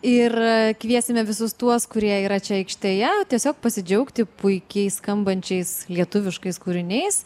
ir kviesime visus tuos kurie yra čia aikštėje tiesiog pasidžiaugti puikiais skambančiais lietuviškais kūriniais